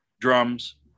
drums